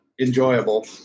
enjoyable